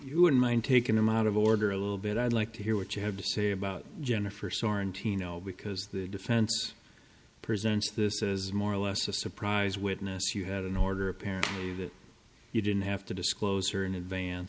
you wouldn't mind taking them out of order a little bit i'd like to hear what you have to say about jennifer soren tino because the defense presents this as more or less a surprise witness you had an order apparently that you didn't have to disclose her in advance